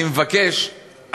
אני מבקש,